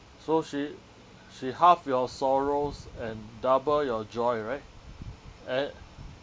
so she she halved your sorrows and double your joy right and